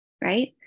right